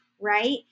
right